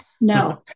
No